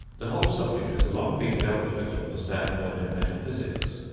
the whole subject has long been dealt with from the standpoint of metaphysics.